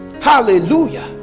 Hallelujah